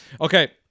Okay